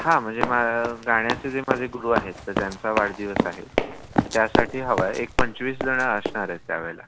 हा म्हणजे मा गाण्याचे जे माझे गुरू आहेत तर त्यांचा वाढदिवस आहे त्यासाठी हवा आहे एक पंचवीस जणं असणारे आहेत त्यावेळेला